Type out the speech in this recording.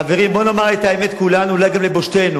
חברי, בוא נאמר את האמת כולנו, אולי גם לבושתנו,